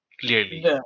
clearly